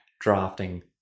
drafting